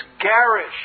garish